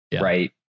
right